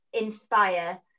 inspire